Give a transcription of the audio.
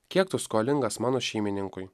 kiek tu skolingas mano šeimininkui